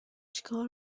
چیکار